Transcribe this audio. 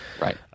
Right